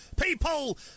People